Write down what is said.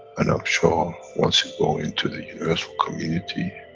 and i'm sure, once you go into the universal community.